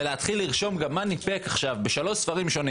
ולהתחיל לרשום גם מה ניפק בשלושה ספרים שונים